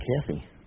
Kathy